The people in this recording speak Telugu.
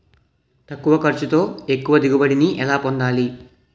తక్కువ ఖర్చుతో ఎక్కువ దిగుబడి ని ఎలా పొందాలీ?